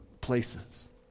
places